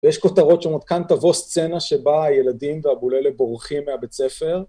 ויש כותרות שאומרות כאן תבוא סצנה שבה הילדים ואבוללה בורחים מהבית הספר